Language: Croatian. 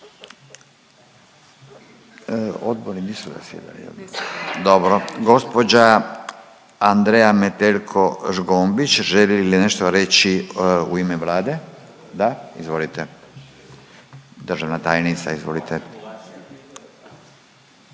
Omrčen: Nisu./… Dobro. Gospođa Andreja Metelko Zgombić želi li nešto reći u ime Vlade? Da. Izvolite. Državna tajnice izvolite.